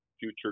Future